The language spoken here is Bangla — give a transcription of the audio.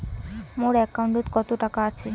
মোর একাউন্টত কত টাকা আছে?